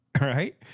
right